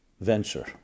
venture